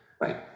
Right